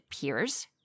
peers